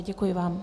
Děkuji vám.